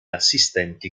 assistenti